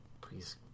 Please